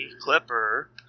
clipper